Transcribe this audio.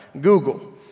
Google